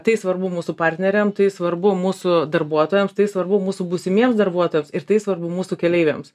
tai svarbu mūsų partneriam tai svarbu mūsų darbuotojams tai svarbu mūsų būsimiems darbuotojams ir tai svarbu mūsų keleiviams